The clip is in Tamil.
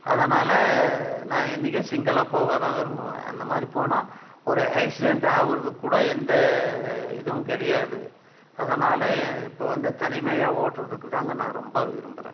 அதனால் நான் என்னைக்கும் சிங்குலாக போக தான் விரும்புவேன் அந்த மாதிரி போனால் ஒரு ஆக்சிடென்ட் ஆகுறது கூட எந்த இதுவும் கிடயாது அதனால் இப்போ வந்து தனிமையாக ஓட்டுறதுக்கு தான் நான் ரொம்ப விரும்புறேன்